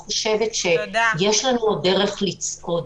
יש לנו דרך לצעוד,